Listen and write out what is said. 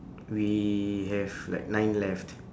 we have like nine left